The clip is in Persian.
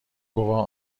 گواه